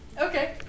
Okay